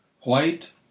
White